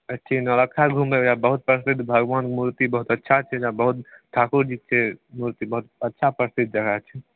अच्छे ठीक नौलक्खा घुम लेबै आ बहुत प्रसिद्ध भगवान कऽ मूर्ति बहुत अच्छा छै एहिजा बहुत ठाकुर जीके मूर्ति बहुत अच्छा प्रसिद्ध जगह छै